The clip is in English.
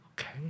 okay